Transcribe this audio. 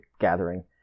gathering